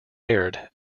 aired